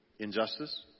injustice